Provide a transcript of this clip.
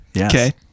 Okay